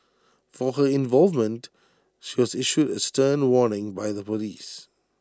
for her involvement she was issued A stern warning by the Police